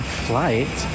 flight